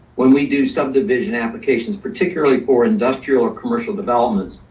when we do subdivision applications, particularly for industrial or commercial developments,